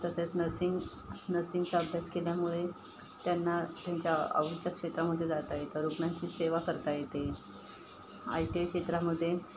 तसेच नर्सिंग नर्सिंगचा अभ्यास केल्यामुळे त्यांना त्यांच्या आवडीच्या क्षेत्रामध्ये जाता येतं रुग्णांची सेवा करता येते आय टी आय क्षेत्रामध्ये